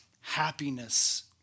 happiness